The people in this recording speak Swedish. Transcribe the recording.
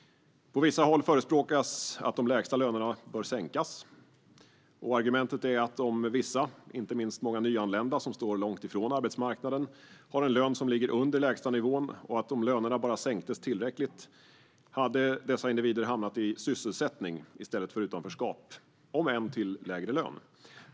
På vissa håll förespråkas att lägstalönerna ska sänkas. Argumentet är att om vissa, inte minst många nyanlända som står långt ifrån arbetsmarknaden, har en lön som ligger under lägstanivån, och om lönerna bara sänks tillräckligt, skulle dessa individer hamna i sysselsättning i stället för i utanförskap, om än till en lägre lön.